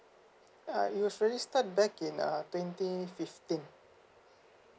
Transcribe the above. uh it was really start back in uh twenty fifteen